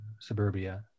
suburbia